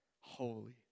holy